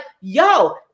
yo